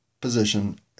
position